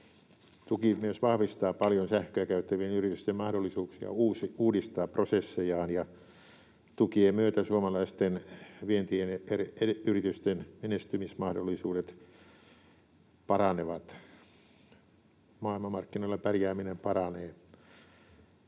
Tuki myös vahvistaa paljon sähköä käyttävien yritysten mahdollisuuksia uudistaa prosessejaan, ja tukien myötä suomalaisten vientiyritysten menestymismahdollisuudet paranevat. Maailmanmarkkinoilla pärjääminen paranee.